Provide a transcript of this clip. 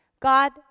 God